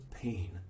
pain